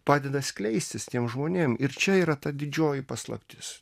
padeda skleistis tiems žmonėm ir čia yra ta didžioji paslaptis